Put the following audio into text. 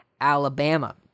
Alabama